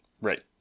Right